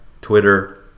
Twitter